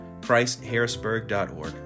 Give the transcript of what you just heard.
ChristHarrisburg.org